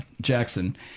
Jackson